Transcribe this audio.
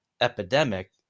epidemic